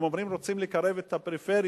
הם אומרים: רוצים לקרב את הפריפריה,